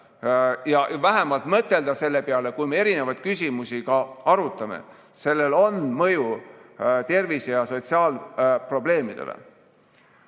vähemalt mõtelda selle peale, kui me erinevaid küsimusi arutame, sest sellel on mõju tervise‑ ja sotsiaalprobleemidele.